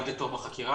עד לתום החקירה,